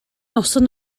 noson